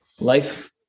life